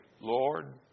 Lord